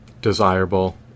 desirable